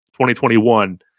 2021